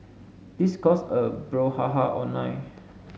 this caused a brouhaha online